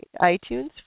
iTunes